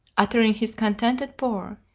uttering his contented purr,